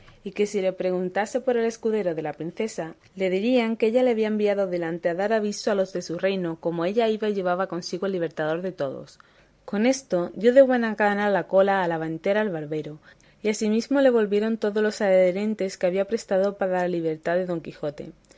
y que si preguntase por el escudero de la princesa le dirían que ella le había enviado adelante a dar aviso a los de su reino como ella iba y llevaba consigo el libertador de todos con esto dio de buena gana la cola a la ventera el barbero y asimismo le volvieron todos los adherentes que había prestado para la libertad de don quijote